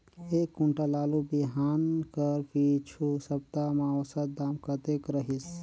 एक कुंटल आलू बिहान कर पिछू सप्ता म औसत दाम कतेक रहिस?